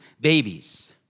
babies